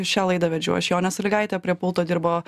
šią laidą vedžiau aš jonė salygaitė prie pulto dirbo